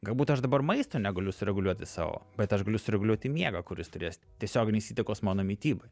galbūt aš dabar maisto negaliu sureguliuoti savo bet aš galiu sureguliuoti miegą kuris turės tiesioginės įtakos mano mityboj